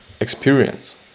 experience